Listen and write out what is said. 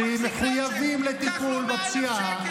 תפגע להם בכיס.